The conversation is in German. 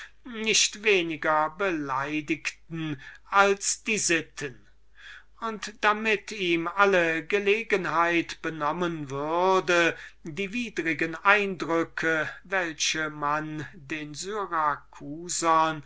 nicht weniger beleidigten als die tugend und damit ihm alle gelegenheit benommen würde die widrigen eindrücke welche den